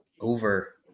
over